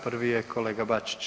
Prvi je kolega Bačić.